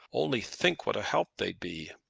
only think what a help they'd be.